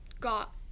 got